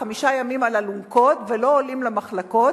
חמישה ימים על אלונקות ולא עולים למחלקות?